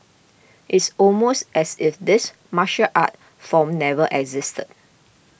it's almost as if this martial art form never existed